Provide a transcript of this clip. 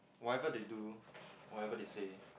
whatever they do whatever they say